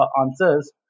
answers